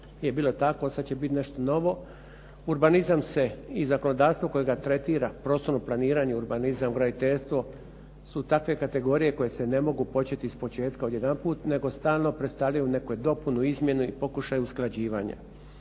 nije bilo tako, odsad će bit nešto novo. Urbanizam se i zakonodavstvo koje ga tretira, prostorno planiranje, urbanizam, graditeljstvo su takve kategorije koje se ne mogu počet ispočetka odjedanput nego stalno predstavljaju neku dopunu, izmjenu i pokušaj usklađivanja.